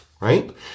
right